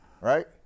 Right